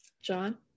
John